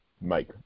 Mike